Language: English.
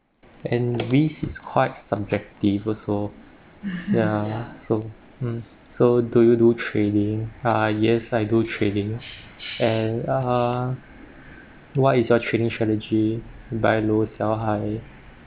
and which is quite subjective also ya so mm so do you do trading ah yes I do trading and uh what is your trading strategy buy low sell high